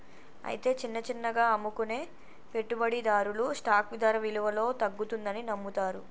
అయితే చిన్న చిన్నగా అమ్ముకునే పెట్టుబడిదారులు స్టాక్ ధర విలువలో తగ్గుతుందని నమ్ముతారు